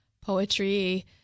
poetry